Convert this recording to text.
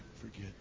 forget